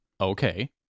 Okay